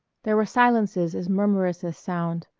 there were silences as murmurous as sound.